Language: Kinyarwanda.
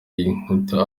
inkuta